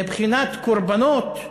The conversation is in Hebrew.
מבחינת קורבנות,